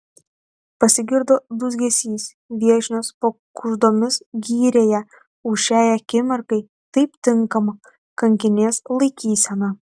pasigirdo dūzgesys viešnios pakuždomis gyrė ją už šiai akimirkai taip tinkamą kankinės laikyseną